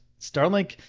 Starlink